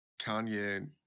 Kanye